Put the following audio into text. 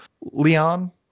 Leon